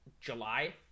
July